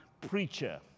preacher